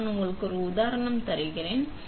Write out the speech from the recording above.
எனவே நான் உங்களுக்கு ஒரு உதாரணம் தருகிறேன்